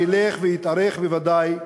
שילך ויתארך בוודאי.